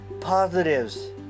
positives